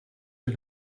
für